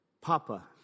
Papa